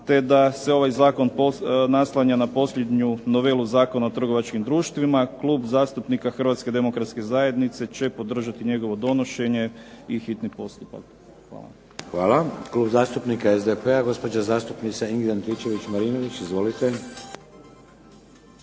te da se ovaj Zakon naslanja na posljednju novelu zakona o trgovačkim društvima, Klub zastupnika Hrvatske demokratske zajednice će podržati njegovo donošenje i hitni postupak. Hvala. **Šeks, Vladimir (HDZ)** Klub zastupnika SDP-a, gospođa zastupnica Ingrid Antičević Marinović, izvolite.